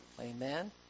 Amen